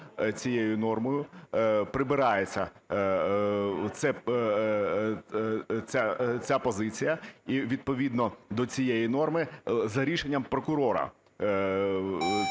Цією нормою прибирається ця позиція, і відповідно до цієї норми за рішенням прокурора